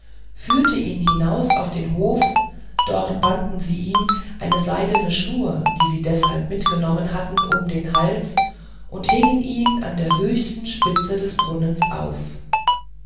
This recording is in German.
führten ihn hinaus in den hof dort banden sie ihm eine seidene schnur die sie deshalb mitgenommen hatten um den hals und hingen ihn an der höchsten spitze des brunnens auf